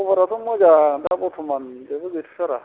खबराथ' मोजां दा बरथ'मान जेबो गैथ' थारा